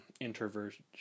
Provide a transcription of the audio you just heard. introversion